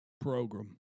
program